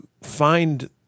find